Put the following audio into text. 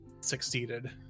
succeeded